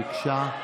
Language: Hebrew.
ביקשה.